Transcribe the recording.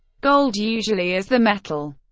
gold, usually as the metal,